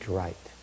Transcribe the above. right